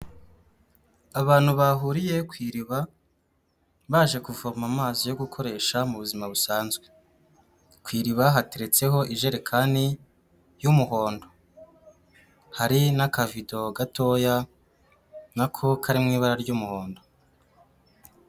Abantu bahuriye ku iriba baje kuvoma amazi yo gukoresha mu buzima busanzwe, ku iriba hateretseho ijerekani y'umuhondo, hari n'akavido gatoya n'ako kari mu ibara ry'umuhondo.